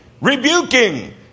rebuking